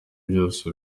byose